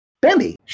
Bambi